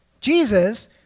Jesus